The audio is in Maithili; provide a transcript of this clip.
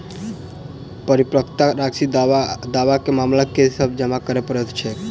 परिपक्वता राशि दावा केँ मामला मे की सब जमा करै पड़तै छैक?